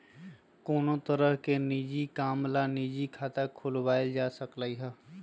कोनो तरह के निज काम ला निजी खाता खुलवाएल जा सकलई ह